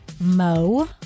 Mo